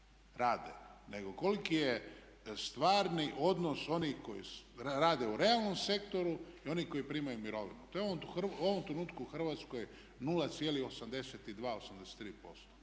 nego koliki je stvarni odnos onih koji rade u realnom sektoru i onih koji primaju mirovinu? To je u ovom trenutku u Hrvatskoj 0,82%.